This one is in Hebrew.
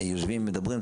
יושבים ומדברים,